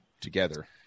together